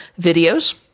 videos